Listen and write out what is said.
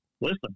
listen